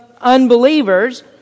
unbelievers